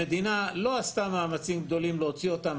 המדינה לא עשתה מאמצים גדולים להוציא אותם